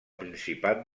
principat